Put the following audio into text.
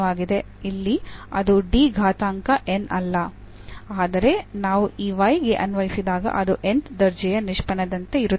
ಇಲ್ಲಿ ಅದು D ಘಾತಾಂಕ n ಅಲ್ಲ ಆದರೆ ನಾವು ಈ y ಗೆ ಅನ್ವಯಿಸಿದಾಗ ಅದು nth ದರ್ಜೆಯ ನಿಷ್ಪನ್ನದಂತೆ ಇರುತ್ತದೆ